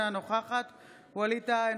אינה נוכחת ווליד טאהא,